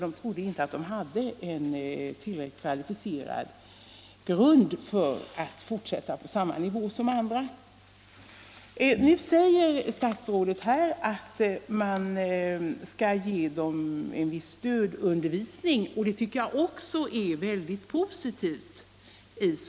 De trodde inte att de hade en tillräckligt kvalificerad grund för att fortsätta på samma nivå som andra. Nu säger statsrådet i svaret att man skall ge eleverna en viss stödundervisning, och det tycker jag är väldigt positivt.